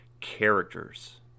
characters